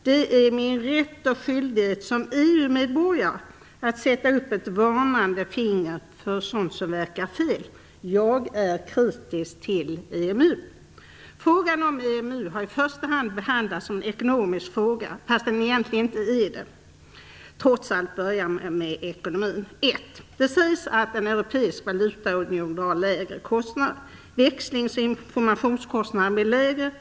Det är min rätt och skyldighet som EU medborgare att sätta upp ett varnande finger för sådant som verkar fel. Jag är kritisk till EMU. Frågan om EMU har i första hand behandlats som en ekonomisk fråga, fastän den egentligen inte är det. Trots allt börjar jag med de ekonomiska argumenten. 1. Det sägs att en europeisk valutaunion drar lägre kostnader. Växlings och informationskostnaderna blir lägre.